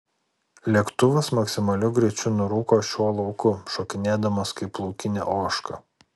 lėktuvas maksimaliu greičiu nurūko šiuo lauku šokinėdamas kaip laukinė ožka